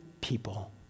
people